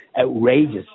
outrageous